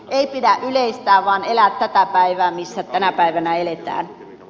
ei pidä yleistää vaan elää tätä päivää missä tänä päivänä eletään